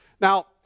Now